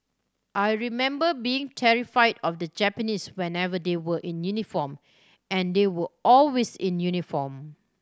I remember being terrified of the Japanese whenever they were in uniform and they were always in uniform